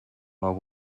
being